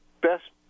best